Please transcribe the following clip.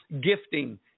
gifting